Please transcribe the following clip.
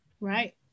Right